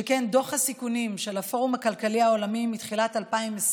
שכן דוח הסיכונים של הפורום הכלכלי העולמי מתחילת 2020